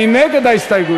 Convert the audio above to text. מי נגד ההסתייגויות?